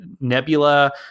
nebula